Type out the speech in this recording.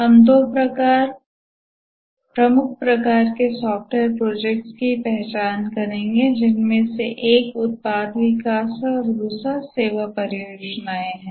हम दो प्रमुख प्रकार के सॉफ्टवेयर प्रोजेक्ट्स की पहचान करेंगे जिनमें एक उत्पाद विकास है और दूसरा सेवा परियोजनाएं हैं